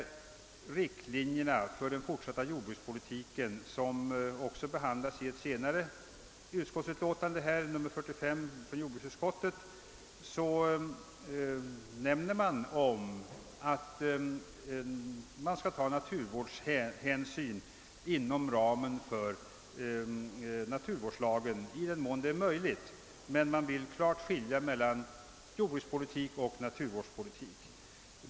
I riktlinjerna för den fortsatta jordbrukspolitiken, som senare behandlas i jordbruksutskottets utlåtande nr 45, sägs att man skall ta naturvårdshänsyn — inom ramen för jordbrukspolitiken — i den mån detta är möjligt. Man vill emellertid göra en klar åtskillnad mellan jordbrukspolitik och naturvårdspolitik.